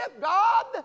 God